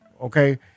okay